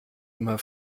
immer